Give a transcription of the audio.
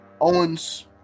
Owens